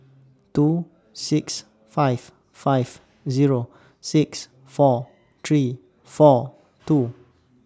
two six five five Zero six four three four two